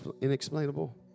Inexplainable